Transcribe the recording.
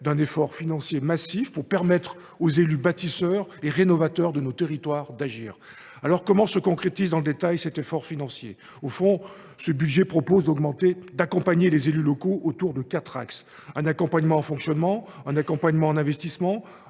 d’un effort financier massif pour permettre aux élus bâtisseurs et rénovateurs de nos territoires d’agir. Comment se concrétise dans le détail cet effort financier ? Au fond, ce projet de budget prévoit d’accompagner les élus locaux autour de quatre axes : un accompagnement en fonctionnement ; un accompagnement en investissements